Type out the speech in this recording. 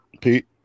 Pete